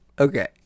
Okay